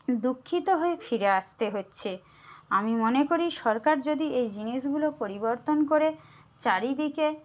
দুঃখিত হয়ে ফিরে আসতে হচ্ছে আমি মনে করি সরকার যদি এই জিনিসগুলো পরিবর্তন করে চারিদিকে